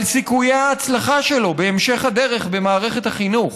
על סיכויי ההצלחה שלו בהמשך הדרך במערכת החינוך.